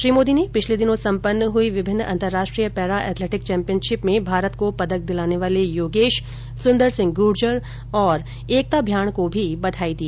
श्री मोदी ने पिछले दिनों संपन्न हुई विभिन्न अंतर्राष्ट्रीय पैरा एथलेटिक चैम्पियनशिप में भारत को पदक दिलाने वाले योगेश सुन्दर सिंह गुर्जर और एकता भ्याण को भी बघाई दी